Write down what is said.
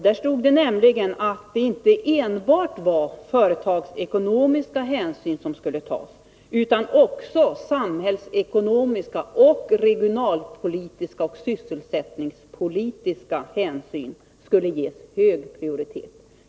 Där stod det nämligen att det inte Nr 66 enbart var företagsekonomiska hänsyn som skulle tas, utan att också Fredagen den skulle ges hög prioritet.